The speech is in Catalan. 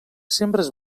sembres